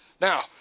Now